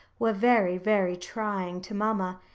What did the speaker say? were very, very trying to mamma.